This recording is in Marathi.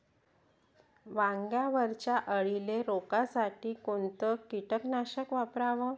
वांग्यावरच्या अळीले रोकासाठी कोनतं कीटकनाशक वापराव?